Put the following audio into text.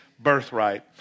birthright